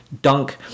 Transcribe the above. Dunk